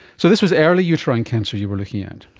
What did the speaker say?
so this was early uterine cancer you were looking at?